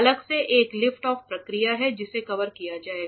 अलग से एक लिफ्ट ऑफ प्रक्रिया है जिसे कवर किया जाएगा